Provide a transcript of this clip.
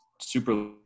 super